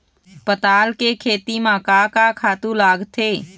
पताल के खेती म का का खातू लागथे?